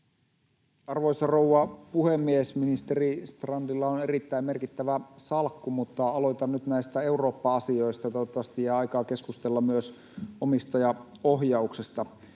Arvoisa rouva puhemies! Ministeri Strandilla on erittäin merkittävä salkku, mutta aloitan nyt näistä Eurooppa-asioista, ja toivottavasti jää aikaa keskustella myös omistajaohjauksesta.